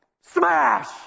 smash